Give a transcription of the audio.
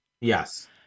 Yes